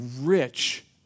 rich